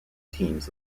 teams